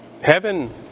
Heaven